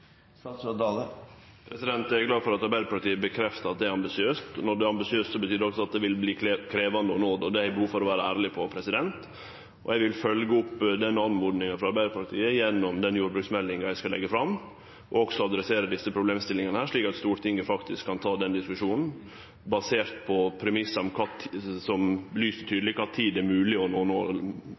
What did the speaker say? er glad for at Arbeidarpartiet bekreftar at det er ambisiøst. Når det er ambisiøst, betyr det også at det vil verte krevjande å nå det, og det har eg behov for å vere ærleg på. Eg vil følgje opp oppmodinga frå Arbeidarpartiet gjennom den jordbruksmeldinga eg skal leggje fram, og adressere desse problemstillingane, slik at Stortinget faktisk kan ta den diskusjonen, basert på premissar som viser tydeleg kva tid det er mogleg å nå målet – best mogleg – og også kva slags verkemiddel som kan vere hensiktsmessige for å nå